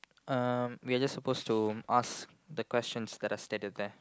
um we are just supposed to ask the question that are stated there